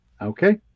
Okay